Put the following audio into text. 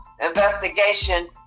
investigation